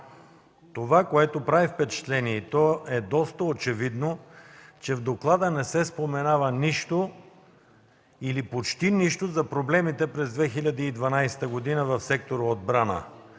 това, което прави впечатление и то е доста очевидно, е, че в доклада не се споменава нищо или почти нищо за проблемите през 2012 г. в сектор „Отбрана”.